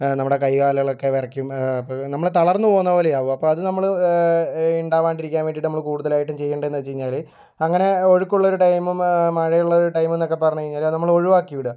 നമ്മളുടെ കൈ കാലുകളൊക്കെ വിറക്കും അപ്പോൾ നമ്മൾ തളർന്ന് പോവുന്ന പോലെയാവും അപ്പോൾ അത് നമ്മൾ ഉണ്ടാവാതിരിക്കാൻ വേണ്ടീട്ട് നമ്മൾ കൂടുതലായിട്ടും ചെയ്യേണ്ടത് എന്ന് വെച്ച് കഴിഞ്ഞാൽ അങ്ങനെ ഒഴുക്കുള്ളൊരു ടൈമും മഴ ഉള്ളൊരു ടൈം എന്നൊക്കെ പറഞ്ഞ് കഴിഞ്ഞാൽ അത് നമ്മൾ ഒഴിവാക്കി വിടുക